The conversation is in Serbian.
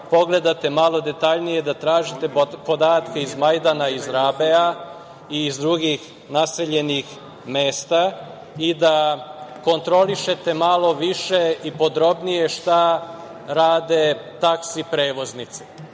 pogledate malo detaljnije, da tražite podatke iz Majdana, iz Rabea i iz drugih naseljenih mesta i da kontrolišete malo više i podrobnije šta rade taksi prevoznici.